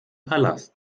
palast